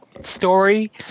story